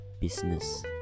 business